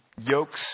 yokes